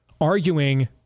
arguing